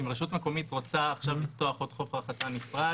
יובל משולם מהמשרד לביטחון פנים, בבקשה בזום.